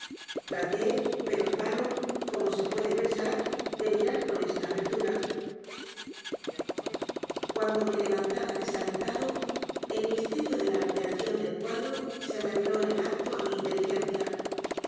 é pero en vano como se puede pensar de mirar poresta abertura cuando me levantaba desalentado el misterio de la alteración del cuadro se reveló en el acto á mi inteligencia